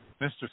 mr